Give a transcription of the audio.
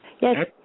Yes